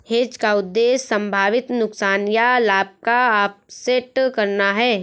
hedge का उद्देश्य संभावित नुकसान या लाभ को ऑफसेट करना है